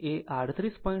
47 r ખૂણો 59